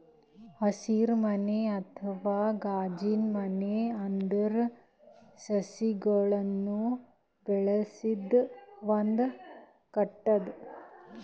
ಹಸಿರುಮನೆ ಅಥವಾ ಗಾಜಿನಮನೆ ಅಂದ್ರ ಸಸಿಗಳನ್ನ್ ಬೆಳಸದ್ ಒಂದ್ ಕಟ್ಟಡ